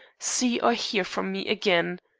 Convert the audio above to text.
see or hear from me again.